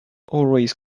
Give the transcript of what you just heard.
always